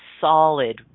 solid